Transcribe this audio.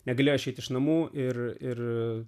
negalėjo išeiti iš namų ir ir